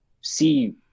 see